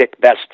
best